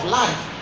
life